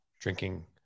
drinking